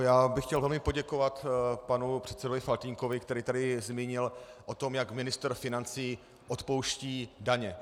Já bych chtěl velmi poděkovat panu předsedovi Faltýnkovi, který se tady zmínil o tom, jak ministr financí odpouští daně.